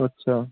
আচ্ছা